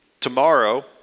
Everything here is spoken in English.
Tomorrow